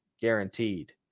guaranteed